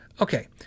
Okay